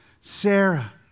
Sarah